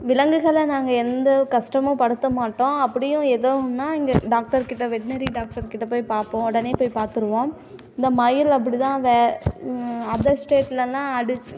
விலங்குகளை நாங்கள் எந்த கஷ்டமும் படுத்த மாட்டோம் அப்படியும் எதுவும்னா இங்கே டாக்டர் கிட்ட வெட்னரி டாக்டர் கிட்ட போய் பார்ப்போம் உடனே போய் பார்த்துருவோம் இந்த மயில் அப்படி தான் வே அதர் ஸ்டேட்டில் எல்லாம் ஆடுச்சு